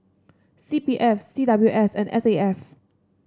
C P F C W S and S A F